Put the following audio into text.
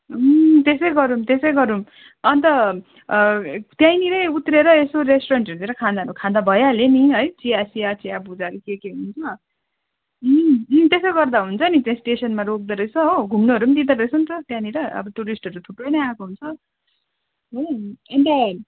अँ त्यसै गरौँ त्यसै गरौँ अन्त त्यहीँनिरै उत्रेर यसो रेस्टुरेन्ट्सहरूतिर खानाहरू खाँदा भइहाल्यो नि है चियासिया चियाभुजाहरू के के हुन्छ त्यसै गर्दा हुन्छ नि त्यस स्टेसनमा रोक्दोरहेछ हो घुम्नुहरू पनि दिँदोरहेछ नि त त्यहाँनिर अब टुरिस्टहरू थुप्रो नै आएको हुन्छ हो अन्त